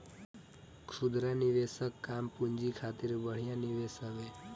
खुदरा निवेशक कम पूंजी खातिर बढ़िया निवेश हवे